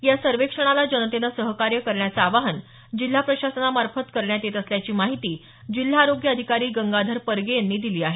या सर्वेक्षणाला जनतेनं सहकार्य करण्याचं आवाहन जिल्हा प्रशासना मार्फत करण्यात येत असल्याची माहिती जिल्हा आरोग्य अधिकारी गंगाधर परगे यांनी दिली आहे